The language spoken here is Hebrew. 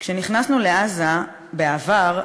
כשנכנסנו לעזה" בעבר,